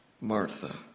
Martha